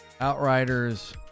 outriders